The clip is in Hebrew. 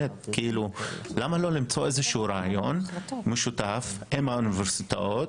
אז למה לא למצוא איזה שהוא רעיון בשיתוף עם האוניברסיטאות,